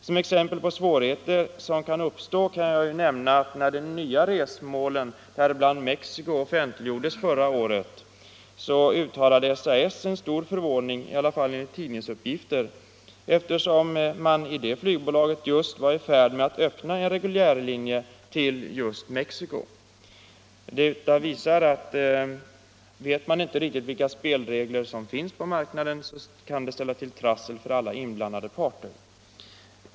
Som exempel på svårigheter som kan uppstå vill jag nämna att när de nya resmålen, däribland Mexico, offentliggjordes förra året uttalade SAS stor förvåning — i alla fall enligt tidningsuppgifter — eftersom man i det flygbolaget just var i färd med att öppna en reguljär linje till Mexico. Detta visar att vet man inte riktigt vilka spelregler som finns på marknaden, så kan det ställa till trassel för alla inblandade parter.